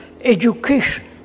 education